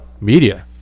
media